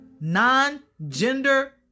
non-gender